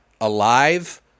Alive